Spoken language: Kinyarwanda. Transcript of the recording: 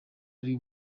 ari